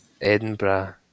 Edinburgh